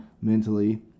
mentally